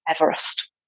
Everest